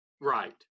Right